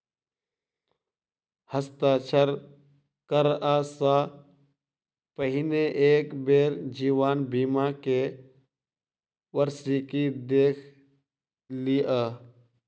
हस्ताक्षर करअ सॅ पहिने एक बेर जीवन बीमा के वार्षिकी देख लिअ